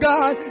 God